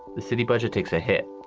the city budget takes a hit